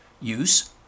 use